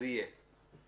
אז יהיה.